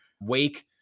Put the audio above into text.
Wake